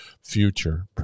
future